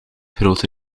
grote